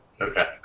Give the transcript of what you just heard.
Okay